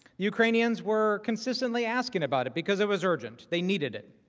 ukrainians were consistently asking about it because it was urgent. they needed it.